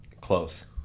Close